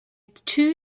two